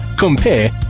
Compare